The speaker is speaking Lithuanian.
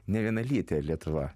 nevienalytė lietuva